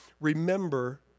Remember